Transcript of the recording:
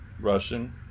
Russian